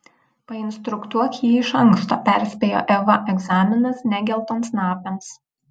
painstruktuok jį iš anksto perspėjo eva egzaminas ne geltonsnapiams